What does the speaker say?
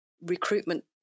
Recruitment